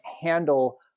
handle